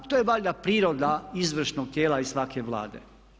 To je valjda priroda izvršnog tijela i svake Vlade.